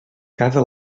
cada